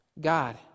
God